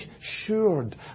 assured